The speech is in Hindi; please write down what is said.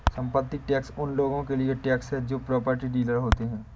संपत्ति टैक्स उन लोगों के लिए टैक्स है जो प्रॉपर्टी डीलर होते हैं